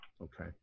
Okay